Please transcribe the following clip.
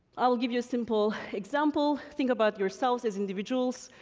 i will give you a simple example. think about yourselves as individuals.